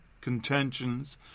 contentions